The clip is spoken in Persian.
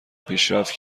پیشرفت